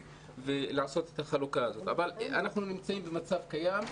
עושים את החלוקה אבל אנחנו נמצאים במצב קיים.